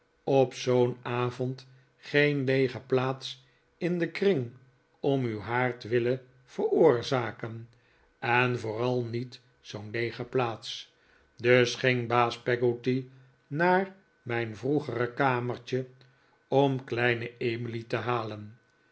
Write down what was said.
op zoo'n avond geen ieege plaats in den kring om uw haard willen veroorzaken en vooral niet zoo'n leege plaats dus ging baas peggotty naar mijn vroegere kamertje om kleine emily te halen